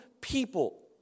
people